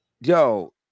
Yo